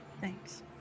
thanks